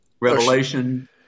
Revelation